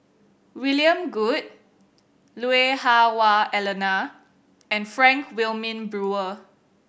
William Goode Lui Hah Wah Elena and Frank Wilmin Brewer